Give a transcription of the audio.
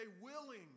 willing